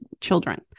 children